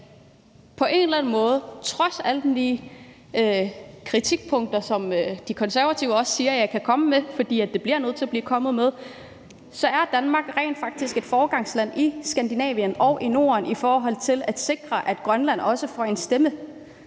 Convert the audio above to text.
på en eller anden måde trods alle mulige kritikpunkter, som De Konservative også siger jeg kan komme med, fordi det bliver nødt til at blive kommet med, rent faktisk er et foregangsland i Skandinavien og i Norden i forhold til at sikre, at Grønland også får en stemme,